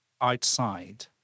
outside